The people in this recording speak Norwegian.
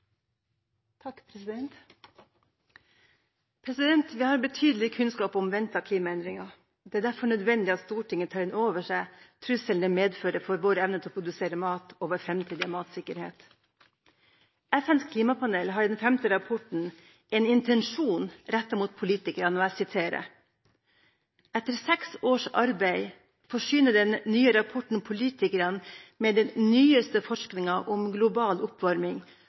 har betydelig kunnskap om ventede klimaendringer. Det er derfor nødvendig at Stortinget tar inn over seg trusselen det medfører for vår evne til å produsere mat og for vår framtidige matsikkerhet. FNs klimapanel har i sin femte rapport en intensjon rettet mot politikerne, og jeg siterer: «Etter seks års arbeid forsyner den nye rapporten politikerne med den nyeste forskningen om global oppvarming,